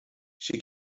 she